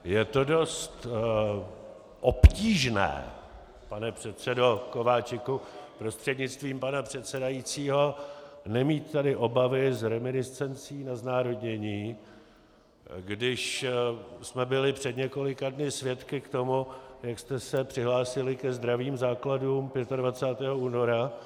Je to dost obtížné, pane předsedo Kováčiku prostřednictvím pana předsedajícího, nemít tady obavy z reminiscencí na znárodnění, když jsme byli před několika dny svědky toho, jak jste se přihlásili ke zdravým základům 25. února.